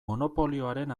monopolioaren